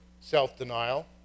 self-denial